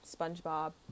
SpongeBob